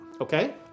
Okay